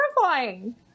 terrifying